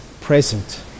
present